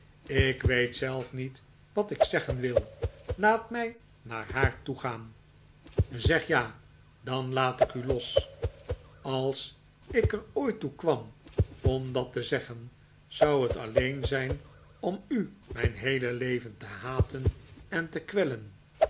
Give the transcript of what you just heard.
ik weet zelf niet wat ik zeggen wil laat mij naar haar toe gaan zeg ja dan laat ik u los als ik er ooit toe kwam om dat te zeggen zou het alleen zijn om u mijn heele leven te haten en te kwellen